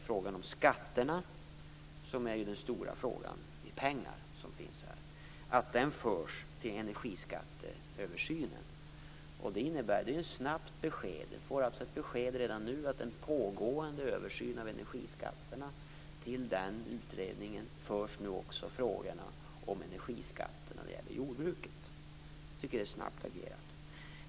Frågan om skatterna är ju den stora frågan i pengar räknat. Den förs till energiskatteöversynen. Det är ett snabbt besked. Ni får alltså ett besked redan nu om att frågorna om energiskatten när det gäller jordbruket förs över till den pågående översynen av energiskatterna. Jag tycker att det är snabbt agerat.